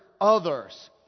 others